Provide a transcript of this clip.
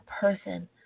person